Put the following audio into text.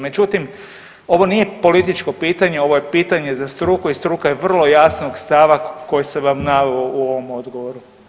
Međutim, ovo nije političko pitanje, ovo je pitanje za struku i struka je vrlo jasnog stava koji sam vam naveo u ovom odgovoru.